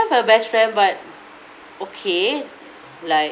a best friend but okay like